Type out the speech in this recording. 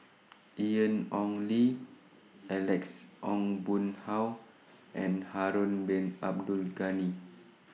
Ian Ong Li Alex Ong Boon Hau and Harun Bin Abdul Ghani